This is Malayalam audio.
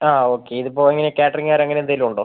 ആ ഓക്കെ ഇതിപ്പം എങ്ങനെ ആണ് കാറ്ററിംഗുകാര് അങ്ങനെ എന്തേലും ഉണ്ടോ